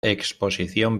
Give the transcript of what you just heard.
exposición